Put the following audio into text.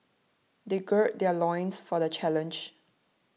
they gird their loins for the challenge